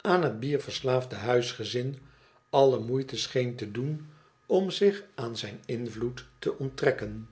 aan het bier verslaafde huisgezin alle moeite scheen te doen om zich aan zijn invloed te onttrekken